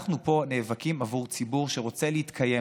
אנחנו פה נאבקים עבור ציבור שרוצה להתקיים.